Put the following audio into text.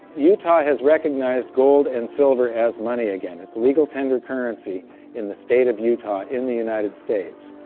utah has recognized gold and silver as money again it's legal tender currency in the state of utah in the united states.